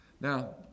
Now